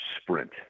sprint